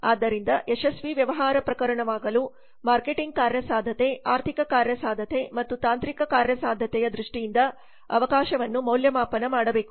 ಆದ್ದರಿಂದ ಯಶಸ್ವಿ ವ್ಯವಹಾರ ಪ್ರಕರಣವಾಗಲು ಮಾರ್ಕೆಟಿಂಗ್ ಕಾರ್ಯಸಾಧ್ಯತೆ ಆರ್ಥಿಕ ಕಾರ್ಯಸಾಧ್ಯತೆ ಮತ್ತು ತಾಂತ್ರಿಕ ಕಾರ್ಯಸಾಧ್ಯತೆಯ ದೃಷ್ಟಿಯಿಂದ ಅವಕಾಶವನ್ನು ಮೌಲ್ಯಮಾಪನ ಮಾಡಬೇಕು